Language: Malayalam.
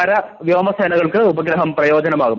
കര വ്യോമ സേനകൾക്ക് ഉപഗ്രഹം പ്രയോജനകരമാകും